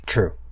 True